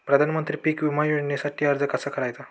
प्रधानमंत्री पीक विमा योजनेसाठी अर्ज कसा करायचा?